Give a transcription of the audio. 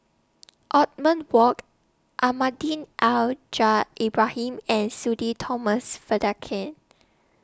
Othman Wok Almahdi Al jar Ibrahim and Sudhir Thomas Vadaketh